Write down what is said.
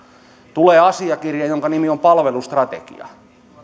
tulee asiakirja jonka nimi on palvelustrategia